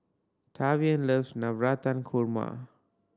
Tavian loves Navratan Korma